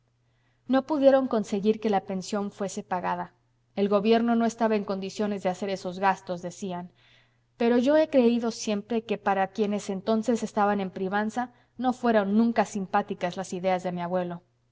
no pudieron conseguir que la pensión fuese pagada el gobierno no estaba en condiciones de hacer esos gastos decían pero yo he creído siempre que para quienes entonces estaban en privanza no fueron nunca simpáticas las ideas de mi abuelo